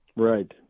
Right